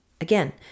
again